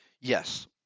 Yes